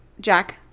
Jack